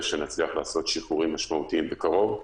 שנצליח לעשות שחרורים משמעותיים בקרוב,